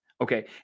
Okay